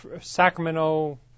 Sacramento